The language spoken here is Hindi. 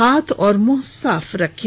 हाथ और मुंह साफ रखें